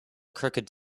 crooked